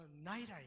night